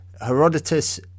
Herodotus